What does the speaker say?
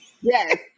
Yes